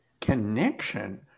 connection